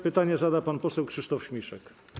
Pytanie zada pan poseł Krzysztof Śmiszek.